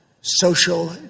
social